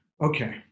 okay